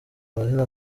amazina